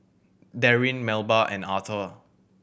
Derwin Melba and Authur